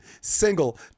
single